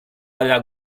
alla